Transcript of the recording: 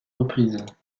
reprises